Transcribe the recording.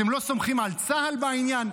אתם לא סומכים על צה"ל בעניין?